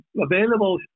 available